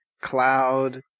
Cloud